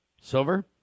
Silver